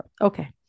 Okay